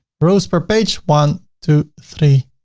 rows per page one, two, three,